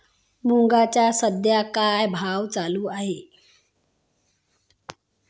मुगाचा सध्या काय भाव चालू आहे?